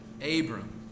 Abram